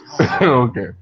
Okay